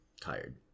tired